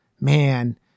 man